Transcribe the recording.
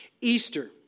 Easter